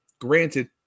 granted